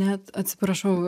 net atsiprašau